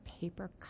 paper